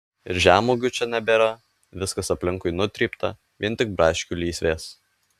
ir žemuogių čia nebėra viskas aplinkui nutrypta vien tik braškių lysvės